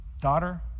daughter